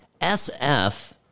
SF